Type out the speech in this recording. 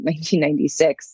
1996